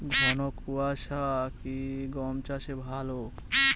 ঘন কোয়াশা কি গম চাষে ভালো?